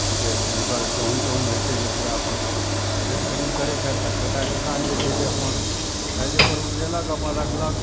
जे हुनकर गहूँम तहूँम होइ छै जे पूरा अपन बेच खरीद करै छथि आ छोटा किसान जे छै जे अपन खाय जोगर उपजेलक अपन रखलक